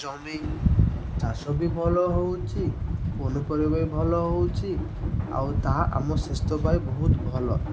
ଜମି ଚାଷ ବି ଭଲ ହେଉଛି ପନିପରିବା ବି ଭଲ ହେଉଛି ଆଉ ତାହା ଆମ ସ୍ୱାସ୍ଥ୍ୟ ପାଇଁ ବହୁତ ଭଲ